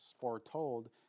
foretold